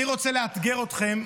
אני רוצה לאתגר אתכם.